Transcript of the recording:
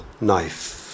knife